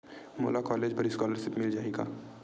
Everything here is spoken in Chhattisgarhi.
मोला कॉलेज बर स्कालर्शिप मिल जाही का?